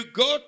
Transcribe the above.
go